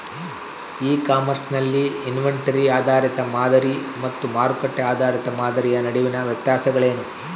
E commerce ನಲ್ಲಿ inventory ಆಧಾರಿತ ಮಾದರಿ ಮತ್ತು ಮಾರುಕಟ್ಟೆ ಆಧಾರಿತ ಮಾದರಿಯ ನಡುವಿನ ವ್ಯತ್ಯಾಸಗಳೇನು?